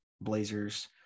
Blazers